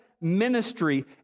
ministry